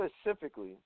specifically